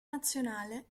nazionale